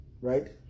Right